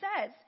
says